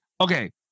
Okay